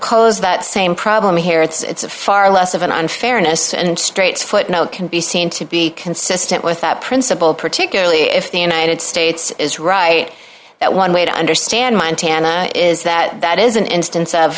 cause that same problem here it's a far less of an unfairness and straights footnote can be seen to be consistent with that principle particularly if the united states is right that one way to understand montana is that that is an instance of